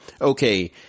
okay